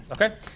Okay